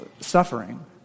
suffering